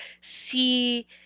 see